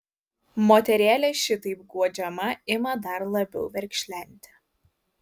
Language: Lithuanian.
moterėlė šitaip guodžiama ima dar labiau verkšlenti